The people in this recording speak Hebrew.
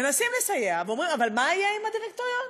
מנסים לסייע ואומרים: אבל מה יהיה עם הדירקטוריון?